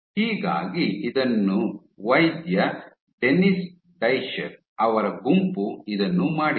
ಹೀಗಾಗಿ ಇದನ್ನು ವೈದ್ಯ ಡೆನ್ನಿಸ್ ಡಿಷರ್ ಅವರ ಗುಂಪು ಇದನ್ನು ಮಾಡಿದೆ